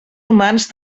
humans